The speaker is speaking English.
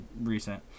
recent